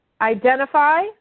Identify